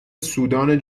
سودان